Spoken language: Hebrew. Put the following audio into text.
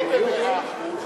לא במאה אחוז.